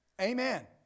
Amen